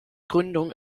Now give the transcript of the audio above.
gründung